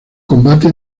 combate